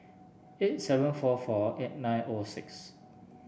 eight seven four four eight nine O six